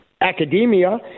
Academia